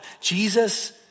Jesus